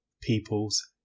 people's